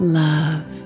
love